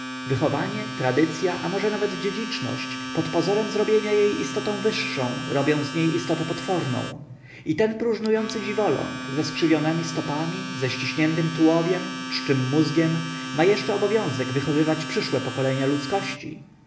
wychowanie tradycya a może nawet dziedziczność pod pozorem zrobienia jej istotą wyższą robią z niej istotę potworną i ten próżnujący dziwoląg ze skrzywionemi stopami ze ściśniętym tułowiem czczym mózgiem ma jeszcze obowiązek wychowywać przyszłe pokolenia ludzkości